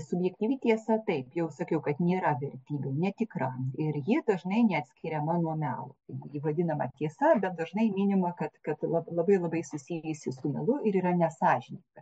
subjektyvi tiesa taip jau sakiau kad nėra vertybių netikra ir ji dažnai neatskiriama nuo melo tai va ji vadinama tiesa bet dažnai minima kad kad yra labai labai susijusi su melu ir yra nesąžininga